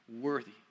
worthy